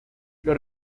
los